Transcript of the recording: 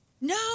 No